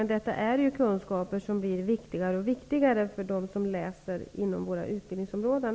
Men detta handlar om kunskaper som kommer att bli alltmer viktiga för de som studerar inom våra utbildningsområden.